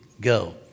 Go